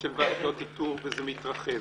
של ועדות איתור וזה מתרחב.